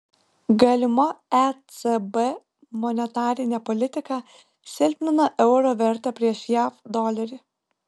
galima ecb monetarinė politika silpnina euro vertę prieš jav dolerį